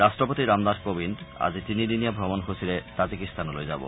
ৰাট্টপতি ৰামনাথ কোৱিন্দ আজি তিনিদিনীয়া ভ্ৰমণসূচীৰে তাজিকিস্তানলৈ যাব